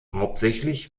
hauptsächlich